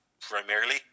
primarily